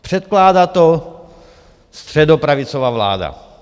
Předkládá to středopravicová vláda.